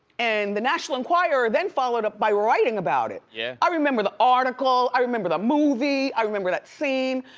and the national enquirer then followed up by writing about it. yeah i remember the article. i remember the movie. i remember that scene.